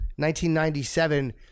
1997